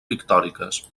pictòriques